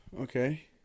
Okay